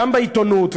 גם בעיתונות,